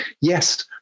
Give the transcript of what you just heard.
Yes